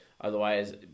Otherwise